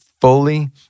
fully